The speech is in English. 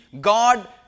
God